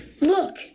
Look